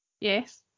yes